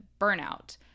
burnout